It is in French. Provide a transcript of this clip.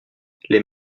les